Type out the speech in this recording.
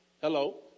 Hello